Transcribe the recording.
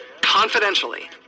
confidentially